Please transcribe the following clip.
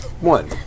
One